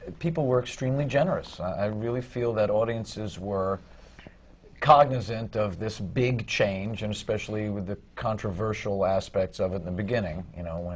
people were extremely generous. i really feel that audiences were cognizant of this big change, and especially with the controversial aspects of it in the beginning, you know,